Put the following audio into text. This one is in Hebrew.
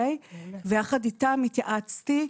יחד איתם התייעצתי,